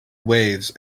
waves